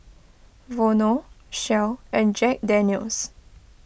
Vono Shell and Jack Daniel's